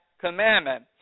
commandment